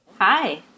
Hi